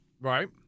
right